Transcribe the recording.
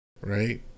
right